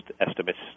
estimates